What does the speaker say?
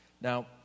Now